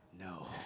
No